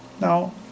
Now